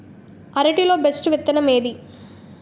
అరటి లో బెస్టు విత్తనం ఏది?